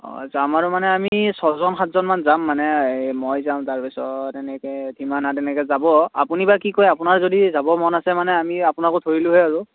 অ' যাম আৰু মানে আমি ছয়জন সাতজনমান যাম মানে এই মই যাম তাৰপিছত এনেকৈ ধিমানহঁত এনেকৈ যাব আপুনি বা কি কয় আপোনাৰ যদি যাব মন আছে মানে আমি আপোনাকো ধৰিলো হয় আৰু